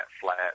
flat